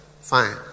fine